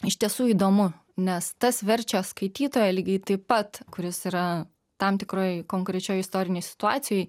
iš tiesų įdomu nes tas verčia skaitytoją lygiai taip pat kuris yra tam tikroj konkrečioj istorinėj situacijoj